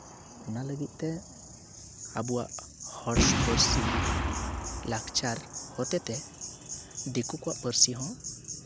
ᱚᱱᱟ ᱞᱟᱹᱜᱤᱫ ᱛᱮ ᱟᱵᱚᱣᱟᱜ ᱦᱚᱲ ᱯᱟᱹᱨᱥᱤ ᱞᱟᱠᱪᱟᱨ ᱦᱚᱛᱮᱡ ᱛᱮ ᱫᱤᱠᱩ ᱠᱚᱣᱟᱜ ᱯᱟᱹᱨᱥᱤ ᱦᱚᱸ